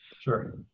Sure